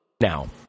now